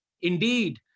Indeed